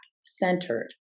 centered